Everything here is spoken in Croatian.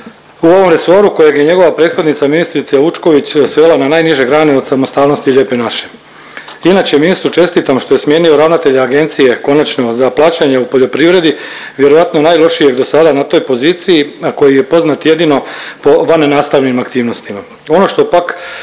u ovom resoru kojeg je njegova prethodnica ministrica Vučković svela na najniže grane od samostalnosti lijepe naše. Inače ministru čestitam što je smijenio ravnatelja agencije konačno za plaćanje u poljoprivredi, vjerojatno najlošijeg do sada na toj poziciji, a koji je poznat jedino po vannastavnim aktivnostima. Ono što pak